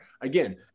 Again